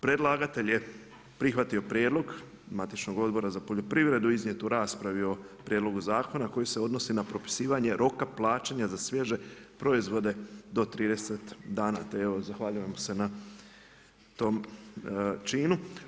Predlagatelj je prihvatio prijedlog matičnog Odbora za poljoprivredu iznijetu u raspravi o prijedlogu zakona koji se odnosi na propisivanje roka plaćanja za svježe proizvode do 30 dana, te evo zahvaljujemo se na tom činu.